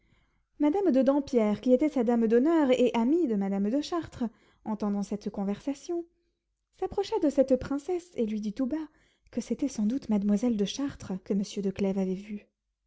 madame de dampierre qui était sa dame d'honneur et amie de madame de chartres entendant cette conversation s'approcha de cette princesse et lui dit tout bas que c'était sans doute mademoiselle de chartres que monsieur de clèves avait vue